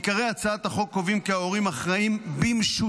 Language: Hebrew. עיקרי הצעת החוק קובעים כי ההורים אחראים במשותף